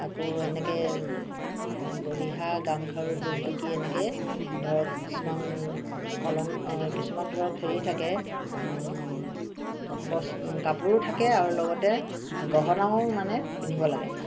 আকৌ এনেকে ৰিহা গামখাৰু দুগদুগী এনেকে ধৰক কিছুমান অলং কিছুমান ধৰক হেৰি থাকে বস্ কাপোৰো থাকে আৰু লগতে গহণাও মানে পিন্ধিব লাগে